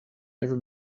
never